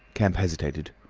kemp hesitated.